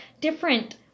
different